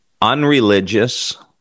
unreligious